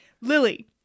Lily